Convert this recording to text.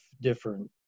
different